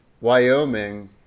Wyoming